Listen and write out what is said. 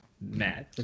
mad